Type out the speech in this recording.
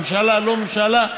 ממשלה או לא ממשלה,